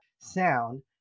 sound